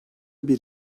bir